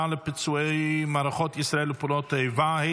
לפצועי מערכות ישראל ופעולות האיבה,